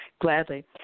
Gladly